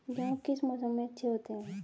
गेहूँ किस मौसम में अच्छे होते हैं?